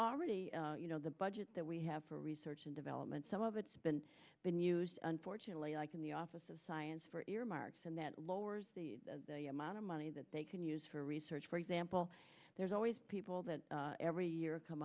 already you know the budget that we have for research and development some of it's been been used unfortunately like in the office of science for earmarks and that lowers the amount of money that they can use for research for example there's always people that every year come